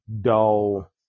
dull